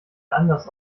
anders